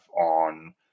on